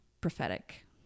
prophetic